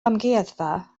amgueddfa